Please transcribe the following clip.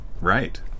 right